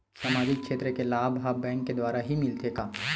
सामाजिक क्षेत्र के लाभ हा बैंक के द्वारा ही मिलथे का?